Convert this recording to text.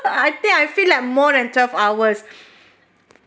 I think I feel like more than twelve hours